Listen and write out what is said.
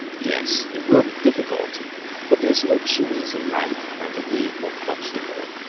yes, it will be difficult but there's no two ways in life than the way of obstacle.